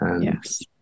Yes